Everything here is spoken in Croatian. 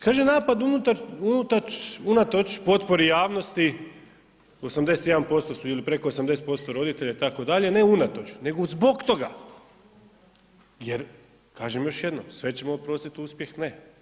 Kaže napada unatoč potpori javnosti, 81% su ili preko 80% roditelja, itd., ne unatoč nego zbog toga jer kažem još jednom, sve ćemo oprostiti, uspjeh ne.